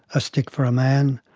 a stick for a man,